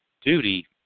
duty